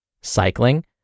Cycling